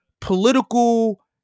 political